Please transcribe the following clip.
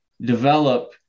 develop